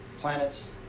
planets